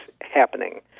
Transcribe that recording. happening